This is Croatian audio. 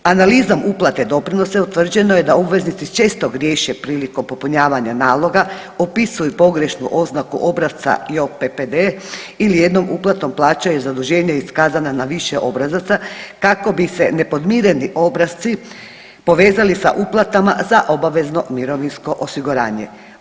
Analizom uplate doprinosa utvrđeno je da obveznici često griješe prilikom popunjavanja naloga, upisuju pogrešnu oznaku obrasca JOPPD ili jednom uplatom plaćaju zaduženje iskazana na više obrazaca kako bi se nepodmireni obrasci povezali sa uplatama za obavezno mirovinsko osiguranje.